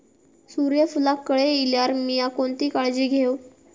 सूर्यफूलाक कळे इल्यार मीया कोणती काळजी घेव?